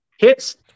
Hits